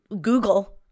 Google